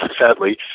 sadly